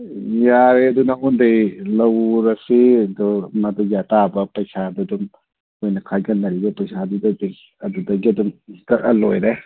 ꯌꯥꯔꯦ ꯑꯗꯨ ꯅꯪꯉꯣꯟꯗꯒꯤ ꯂꯧꯔꯁꯤ ꯑꯗꯨ ꯃꯗꯨꯒꯤ ꯑꯇꯥꯕ ꯄꯩꯁꯥꯗꯨ ꯑꯗꯨꯝ ꯑꯩꯈꯣꯏꯅ ꯈꯥꯏꯒꯠꯅꯔꯤꯕ ꯄꯩꯁꯥꯗꯨꯗꯒꯤ ꯑꯗꯨꯗꯒꯤ ꯑꯗꯨꯝ ꯀꯛꯑ ꯂꯣꯏꯔꯦ